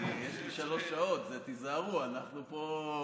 יש לי שלוש שעות, תיזהרו, אנחנו פה.